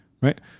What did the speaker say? right